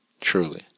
truly